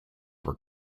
were